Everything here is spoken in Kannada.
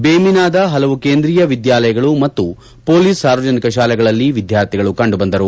ಬೇಮಿನಾದ ಹಲವು ಕೇಂದ್ರೀಯ ವಿದ್ಯಾಲಯಗಳು ಮತ್ತು ಪೊಲೀಸ್ ಸಾರ್ವಜನಿಕ ಶಾಲೆಯಲ್ಲಿ ವಿದ್ಯಾರ್ಥಿಗಳು ಕಂಡು ಬಂದರು